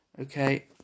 okay